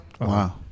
wow